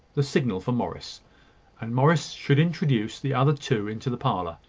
the signal for morris and morris should introduce the other two into the parlour.